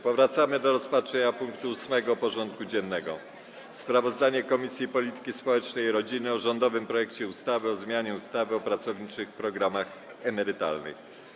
Powracamy do rozpatrzenia punktu 8. porządku dziennego: Sprawozdanie Komisji Polityki Społecznej i Rodziny o rządowym projekcie ustawy o zmianie ustawy o pracowniczych programach emerytalnych.